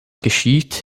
geschieht